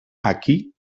aquí